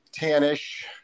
tannish